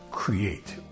Create